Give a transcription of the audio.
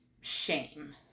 shame